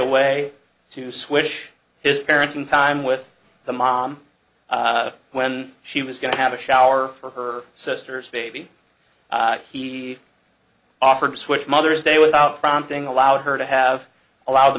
away to swish his parenting time with the mom when she was going to have a shower for her sister's baby he offered to switch mothers day without prompting allowed her to have allowed the